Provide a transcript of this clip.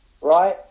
right